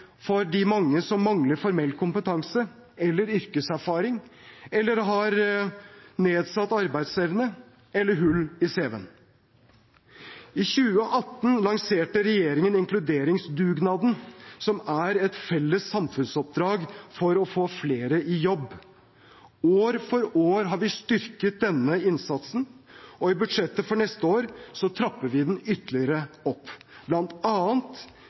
for de mange som mangler formell kompetanse eller yrkeserfaring, har nedsatt arbeidsevne eller hull i cv-en. I 2018 lanserte regjeringen inkluderingsdugnaden, som er et felles samfunnsoppdrag for å få flere i jobb. År for år har vi styrket denne innsatsen, og i budsjettet for neste år trapper vi den ytterligere opp,